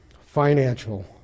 financial